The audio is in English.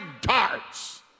darts